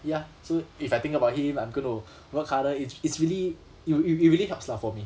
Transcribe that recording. ya so if I think about him I'm going to work harder it's it's really you it really helps lah for me